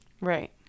Right